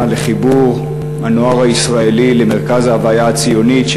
לחיבור הנוער הישראלי למרכז ההוויה הציונית.